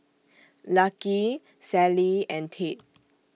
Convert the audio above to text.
Lucky Sallie and Tate